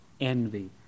envy